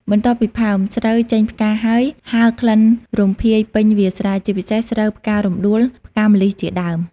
បន្ទាប់ពីផើម ស្រូវចេញផ្កាហើយហើរក្លិនរំភាយពេញវាលស្រែ ជាពិសេស ស្រូវផ្ការំដួល ផ្កាម្លិះជាដើម។